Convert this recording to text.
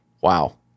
Wow